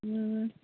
ꯎꯝ